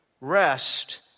rest